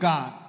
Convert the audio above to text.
God